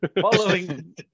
Following